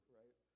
right